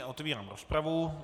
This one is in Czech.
Otevírám rozpravu.